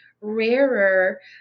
rarer